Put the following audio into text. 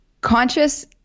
conscious